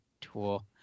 tool